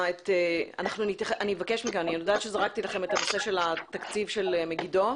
אני יודעת שזרקתי לכם את נושא התקציב של מגידו.